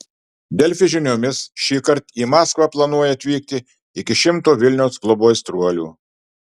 delfi žiniomis šįkart į maskvą planuoja atvykti iki šimto vilniaus klubo aistruolių